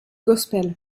gospel